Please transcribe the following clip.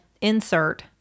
insert